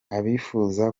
abifuza